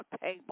Table